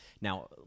Now